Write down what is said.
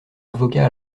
avocat